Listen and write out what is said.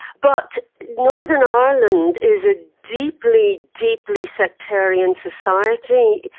but northern ireland is a deeply, deeply sectarian society.